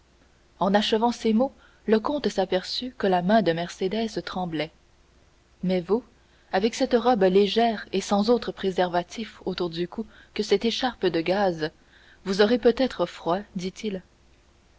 en achevant ces mots le comte s'aperçut que la main de mercédès tremblait mais vous avec cette robe légère et sans autres préservatifs autour du cou que cette écharpe de gaze vous aurez peut-être froid dit-il